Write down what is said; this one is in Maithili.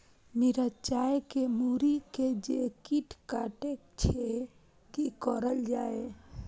मिरचाय के मुरी के जे कीट कटे छे की करल जाय?